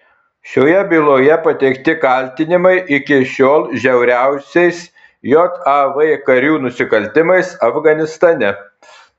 šioje byloje pateikti kaltinimai iki šiol žiauriausiais jav karių nusikaltimais afganistane